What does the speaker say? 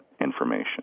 information